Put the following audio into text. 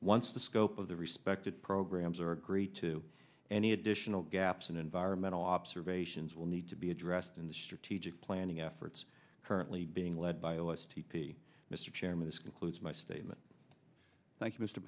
once the scope of the respective programs are agreed to any additional gaps and environmental observations will need to be addressed in the strategic planning efforts currently being led by us t p mr chairman this concludes my statement